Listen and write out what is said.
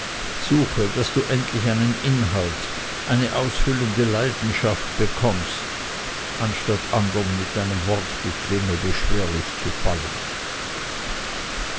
suche daß du endlich einen inhalt eine ausfüllende leidenschaft bekommst anstatt andern mit deinem wortgeklingel beschwerlich zu fallen